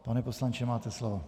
Pane poslanče, máte slovo.